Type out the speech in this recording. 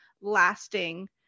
lasting